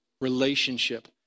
relationship